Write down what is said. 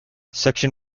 section